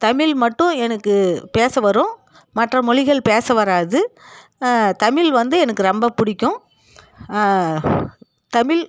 தமிழ் மட்டும் எனக்கு பேச வரும் மற்ற மொழிகள் பேச வராது தமிழ் வந்து எனக்கு ரொம்ப பிடிக்கும் தமிழ்